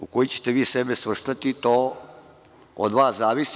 U koji ćete vi sebe svrstati, to od vas zavisi.